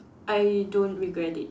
I don't regret it